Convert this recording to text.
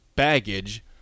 baggage